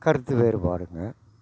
கருத்து வேறுபாடுங்க